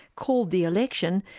called the election,